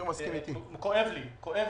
על סמך מה הם דורשים?